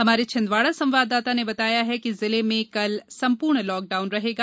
हमारे छिंदवाडा संवाददाता ने बताया है कि जिले में कल संपर्ण लॉकडाउन रहेगा